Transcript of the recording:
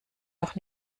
noch